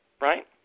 right